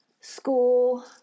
School